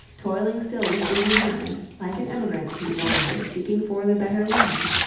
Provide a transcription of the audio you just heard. toiling still with busy hand, like an emigrant he wandered seeking for the better land.